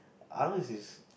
others is